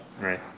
Right